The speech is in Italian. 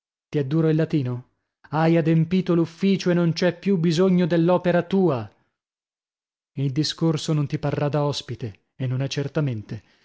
ti è duro il latino hai adempito l'ufficio e non c'è più bisogno dell'opera tua il discorso non ti parrà da ospite e non è certamente